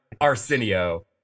Arsenio